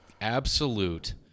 absolute